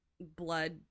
blood